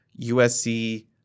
USC